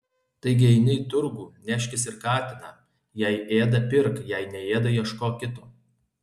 taigi eini į turgų neškis ir katiną jei ėda pirk jei neėda ieškok kito